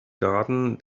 garden